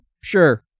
sure